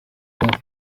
kuko